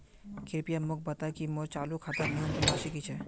कृपया मोक बता कि मोर चालू खातार न्यूनतम राशि की छे